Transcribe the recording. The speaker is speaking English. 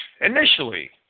Initially